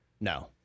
No